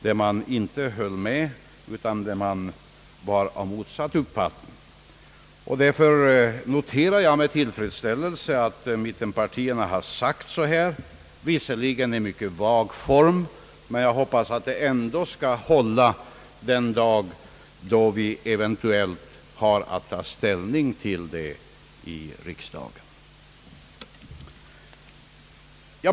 Där höll man inte med om detta utan var av motsatt uppfattning, och därför noterar jag med tillfredsställelse vad mittenpartierna nu har uttalat — visserligen i mycket vag form, men jag hoppas att det ändå skall hålla den dag då vi eventuellt har att ta ställning till frågan här i riksdagen.